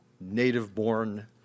native-born